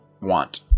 want